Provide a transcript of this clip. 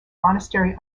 monastery